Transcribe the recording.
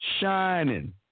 shining